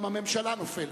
גם הממשלה נופלת,